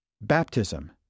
baptism